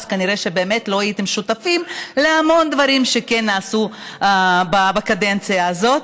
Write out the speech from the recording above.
אז כנראה באמת לא הייתם שותפים להמון דברים שכן נעשו בקדנציה הזאת.